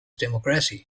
democracy